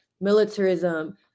militarism